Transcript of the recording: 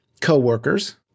coworkers